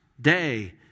day